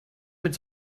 mit